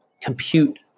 compute